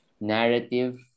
narrative